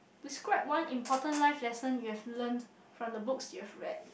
describe one important life lesson you have learnt from the books you've read